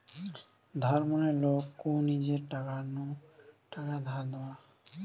ধার মানে লোক কু নিজের টাকা নু টাকা ধার দেওয়া